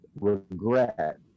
regret